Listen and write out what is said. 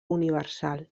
universal